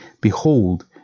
Behold